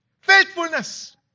Faithfulness